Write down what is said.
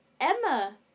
Emma